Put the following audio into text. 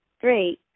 Great